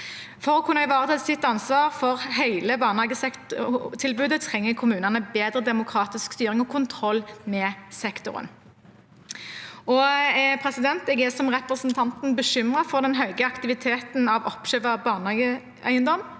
For å kunne ivareta sitt ansvar for hele barnehagetilbudet trenger kommunene bedre demokratisk styring og kontroll med sektoren. Jeg er, som representanten, bekymret over den høye aktiviteten innen bl.a. oppkjøp av barnehageeiendom,